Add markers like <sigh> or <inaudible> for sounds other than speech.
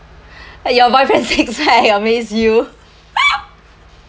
your boyfriend six pack amaze you <laughs>